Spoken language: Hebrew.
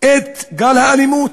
את גל האלימות,